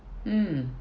mm